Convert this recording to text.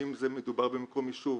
אם מדובר במקום יישוב,